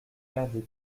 perdait